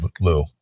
Lou